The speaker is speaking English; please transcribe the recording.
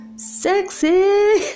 Sexy